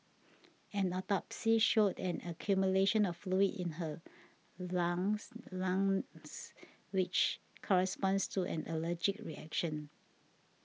an autopsy showed an accumulation of fluid in her longs longs which corresponds to an allergic reaction